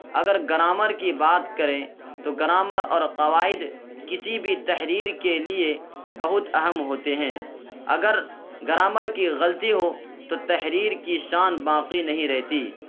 اگر گرامر کی بات کریں تو گرامر اور قواعد کسی بھی تحریر کے لیے بہت اہم ہوتے ہیں اگر گرامر کی غلطی ہو تو تحریر کی شان باقی نہیں رہتی